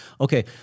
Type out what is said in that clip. Okay